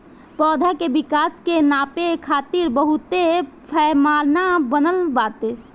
पौधा के विकास के नापे खातिर बहुते पैमाना बनल बाटे